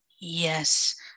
Yes